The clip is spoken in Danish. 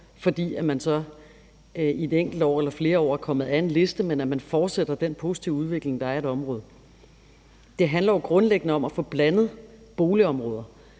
fordi man i et enkelt år eller flere år er blevet taget af en liste, men at man fortsætter den positive udvikling, der er i et område. Det handler jo grundlæggende om at få blandede boligområder,